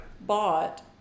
bought